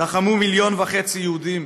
לחמו מיליון וחצי יהודים,